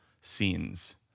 scenes